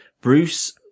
Bruce